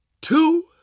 two